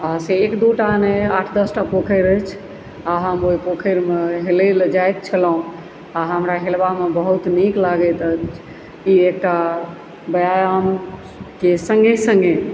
से एक दुटा नहि आठ दसटा पोखरि अछि आ हम ओहि पोखरिमे हेलै लए जाइत छलहुॅं आ हमरा हेलबामे बहुत नीक लागैत अछि ई एकटा व्यायामके सङ्गे सङ्गे